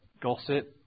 gossip